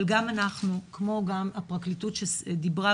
אבל גם אנחנו כמו גם הפרקליטות שידברה